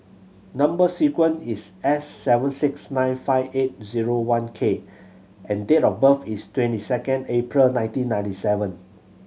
number sequence is S seven six nine five eight one zero K and date of birth is twenty second April nineteen ninety seven